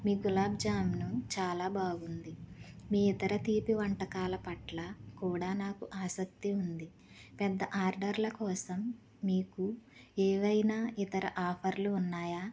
మీ గులాబీ జామున్ చాలా బాగుంది మీ ఇతర తీపి వంటకాల పట్ల కూడా ఆసక్తి ఉంది పెద్ద ఆర్డర్ల కోసం మీకు ఏమైన ఇతర ఆఫర్లు ఉన్నాయా